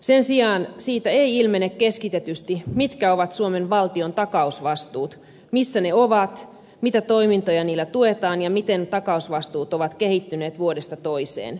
sen sijaan siitä ei ilmene keskitetysti mitkä ovat suomen valtion takausvastuut missä ne ovat mitä toimintoja niillä tuetaan ja miten takausvastuut ovat kehittyneet vuodesta toiseen